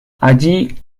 allí